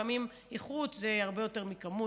לפעמים איכות זה הרבה יותר מכמות.